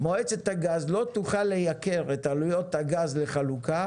מועצת הגז לא תוכל לייקר את עלויות הגז לחלוקה,